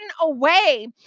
away